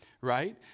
right